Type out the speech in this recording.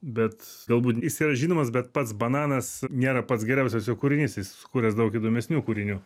bet galbūt jis yra žinomas bet pats bananas nėra pats geriausias jo kūrinys jis sukūręs daug įdomesnių kūrinių